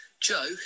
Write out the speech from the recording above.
Joe